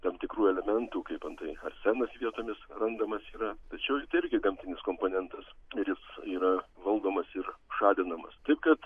tam tikrų elementų kaip antai arsenas vietomis randamas yra tačiau čia irgi gamtinis komponentas ir jis yra valdomas ir šalinamas taip kad